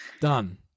Done